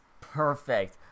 Perfect